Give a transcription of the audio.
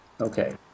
Okay